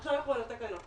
עכשיו אנחנו בתקנות.